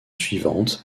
suivante